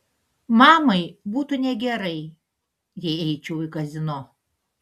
mamai būtų negerai jei eičiau į kazino